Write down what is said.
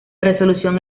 resolución